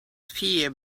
fear